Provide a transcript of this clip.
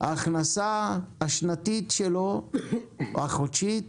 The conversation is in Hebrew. ההכנסה השנתית שלו החודשית